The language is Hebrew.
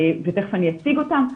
ומיד אציג אותם,